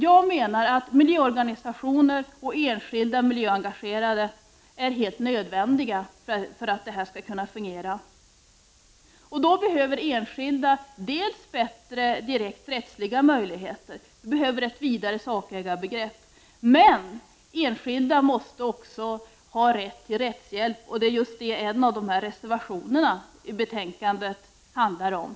Jag menar att miljöorganisationerna och enskilda miljöengagerade är helt nödvändiga för att detta skall kunna fungera. Därför är det dels så att enskilda behöver bättre direkt rättsliga möjligheter, dels så att vi behöver ett vidare sakägarbegrepp. Dessutom måste enskilda också ha rätt till rättshjälp, och det är också just det som en av reservationerna i betänkandet handlar om.